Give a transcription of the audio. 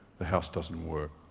the house doesn't work.